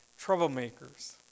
troublemakers